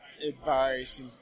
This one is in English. advice